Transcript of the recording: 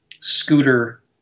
scooter